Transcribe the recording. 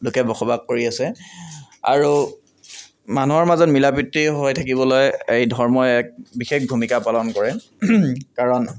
লোকে বসবাস কৰি আছে আৰু মানুহৰ মাজত মিলা প্ৰীতি হৈ থাকিবলৈ এই ধৰ্মই এক বিশেষ ভূমিকা পালন কৰে কাৰণ